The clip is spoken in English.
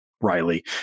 Riley